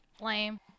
Lame